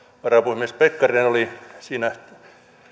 varapuhemies pekkarinen oli siinä